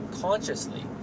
consciously